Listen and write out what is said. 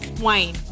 wine